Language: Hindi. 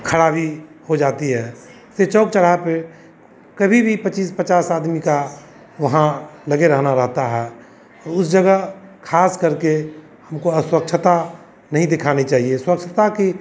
खराबी हो जाती है यह चौक चौराहे पर कभी भी पच्चीस पचास आदमी का वहाँ लगे रहना रहता है और उस जगह खास करके हमको अस्वच्छता नहीं दिखानी चाहिए स्वच्छता की